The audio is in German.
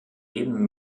eben